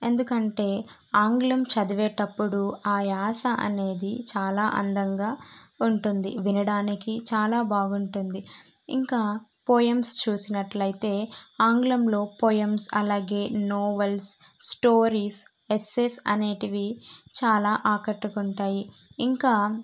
ఎందుకంటే ఆంగ్లం చదివేటప్పుడు ఆ యాస అనేది చాలా అందంగా ఉంటుంది వినడానికి చాలా బాగుంటుంది ఇంకా పొయమ్స్ చూసినట్లయితే ఆంగ్లంలో పొయమ్స్ అలాగే నావెల్స్ స్టోరీస్ ఎస్సేస్ అనేవి చాలా ఆకట్టుకుంటాయి ఇంకా